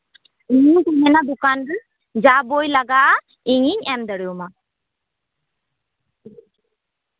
ᱢᱚᱡᱩᱛ ᱢᱮᱱᱟᱜ ᱫᱚᱠᱟᱱ ᱨᱮ ᱡᱟ ᱵᱳᱭ ᱞᱟᱜᱟᱜᱼᱟ ᱤᱧᱤᱧ ᱮᱢ ᱫᱟᱲᱮᱣᱟᱢᱟ